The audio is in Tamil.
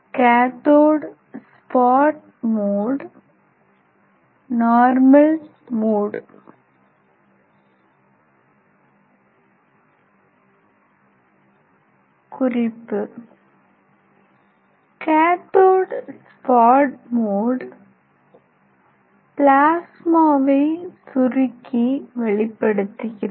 cathode spot mode normal mode குறிப்பு கேதோட் ஸ்பாட் மோட் பிளாஸ்மாவை சுருக்கி வெளிப்படுத்துகிறது